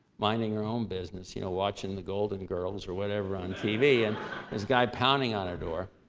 minding her own business, you know watching the golden girls or whatever on tv. and this guy pounding on her door.